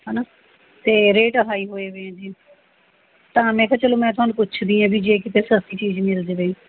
ਹੈ ਨਾ ਅਤੇ ਰੇਟ ਹਾਈ ਹੋਏ ਵੇ ਐਂ ਜੀ ਤਾਂ ਮੈਂ ਕਿਹਾ ਚਲੋ ਮੈਂ ਤੁਹਾਨੂੰ ਪੁੱਛਦੀ ਹਾਂ ਵੀ ਜੇ ਕਿਤੇ ਸਸਤੀ ਚੀਜ਼ ਮਿਲ ਜਾਵੇ